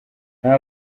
nta